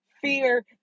fear